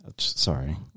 Sorry